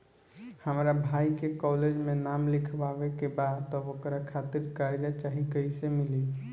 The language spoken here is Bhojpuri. हमरा भाई के कॉलेज मे नाम लिखावे के बा त ओकरा खातिर कर्जा चाही कैसे मिली?